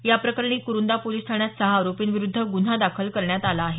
याप्रकरणी कुरूंदा पोलिस ठाण्यात सहा आरोपींविरुद्ध गुन्हा दाखल करण्यात आला आहे